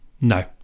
No